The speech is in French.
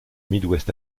midwest